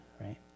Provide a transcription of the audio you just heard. right